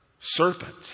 serpent